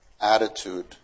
Attitude